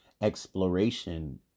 exploration